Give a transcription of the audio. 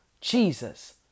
Jesus